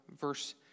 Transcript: verse